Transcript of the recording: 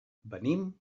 venim